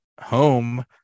home